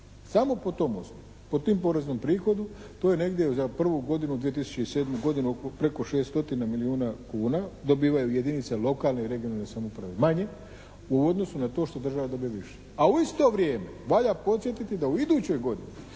samo po tom osnovu. Pod tim poreznom prihodu to je negdje za prvu godinu, 2007. godinu, preko 600 milijuna kuna, dobivaju jedinice lokalne i regionalne samouprave manje u odnosu na to što država dobiva više. A u isto vrijeme valja podsjetiti da u idućoj godini